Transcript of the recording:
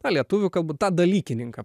tą lietuvių kalbą tą dalykininką